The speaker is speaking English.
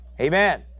Amen